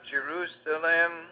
Jerusalem